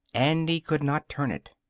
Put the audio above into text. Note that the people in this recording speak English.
and he could not turn it.